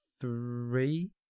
three